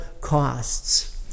costs